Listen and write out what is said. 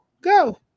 go